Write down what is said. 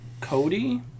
Cody